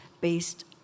based